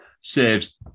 saves